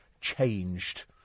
changed